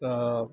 तऽ